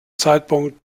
zeitpunkt